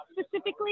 specifically